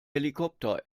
helikopter